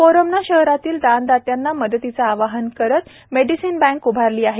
फोरमने शहरातील दानदात्यांना मदतीचे आवाहन करीत मेडिसिन बँक उभारली आहे